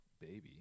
baby